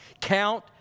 Count